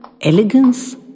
elegance